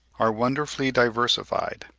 are wonderfully diversified.